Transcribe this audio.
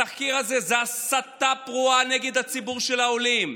התחקיר הזה זו הסתה פרועה נגד הציבור של העולים.